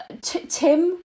Tim